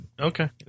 okay